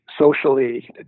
socially